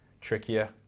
trickier